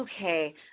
okay